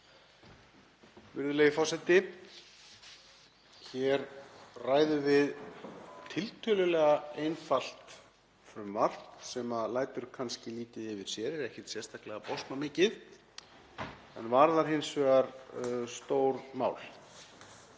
Virðulegi forseti. Hér ræðum við tiltölulega einfalt frumvarp sem lætur kannski lítið yfir sér, er ekkert sérstaklega bosmamikið en varðar hins vegar stór mál.